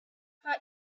but